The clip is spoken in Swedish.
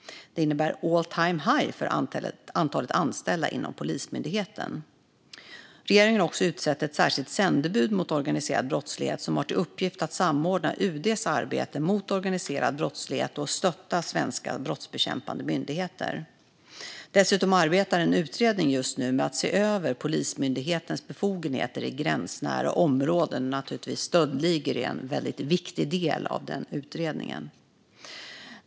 Det innebär all time high för antalet anställda inom Polismyndigheten. Regeringen har också utsett ett särskilt sändebud mot organiserad brottslighet som har till uppgift att samordna UD:s arbete mot organiserad brottslighet och att stötta svenska brottsbekämpande myndigheter. Dessutom arbetar en utredning just nu med att se över Polismyndighetens befogenheter i gränsnära områden. Detta med stöldligor är naturligtvis en viktig del i den utredningen.